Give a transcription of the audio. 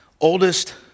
oldest